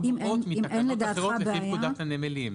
נובעות מתקנות אחרות לפי פקודת הנמלים.